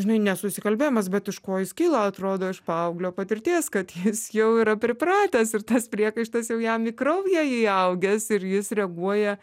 žinai nesusikalbėjimas bet iš ko jis kyla atrodo iš paauglio patirties kad jis jau yra pripratęs ir tas priekaištas jau jam į kraują įaugęs ir jis reaguoja